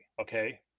okay